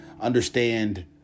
understand